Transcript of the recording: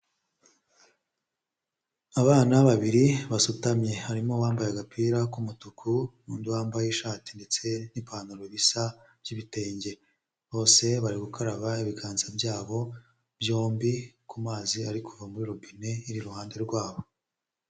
Abana babiri basutamye harimo uwambaye agapira k'umutuku n'undi wambaye ishati ndetse n'ipantaro bisa by'ibitenge, bose bari gukaraba ibiganza byabo byombi ku mazi ariko kuva muri robine iruhande rwabo.